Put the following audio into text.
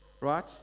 Right